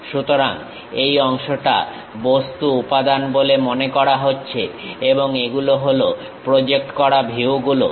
সুতরাং এই অংশটা বস্তু উপাদান বলে মনে করা হচ্ছে এবং এগুলো হলো প্রজেক্ট করা ভিউগুলো